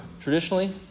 traditionally